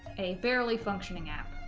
a barely functioning app